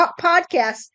podcast